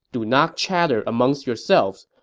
do not chatter amongst yourselves.